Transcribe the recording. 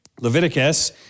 Leviticus